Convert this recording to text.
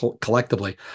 collectively